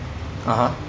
(uh huh)